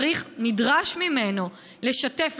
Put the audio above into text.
נדרש ממנו לשתף,